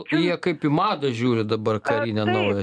jie kaip į madą žiūri dabar karinę naują